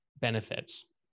benefits